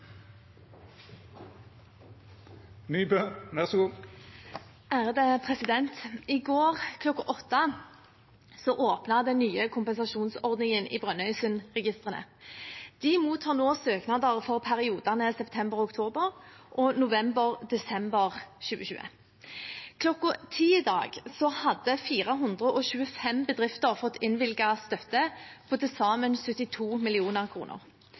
I går kl. 8 åpnet den nye kompensasjonsordningen i Brønnøysundregistrene. De mottar nå søknader for periodene september/oktober og november/desember 2020. Kl. 10 i dag hadde 425 bedrifter fått innvilget støtte for til sammen 72